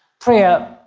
priya,